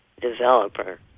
developer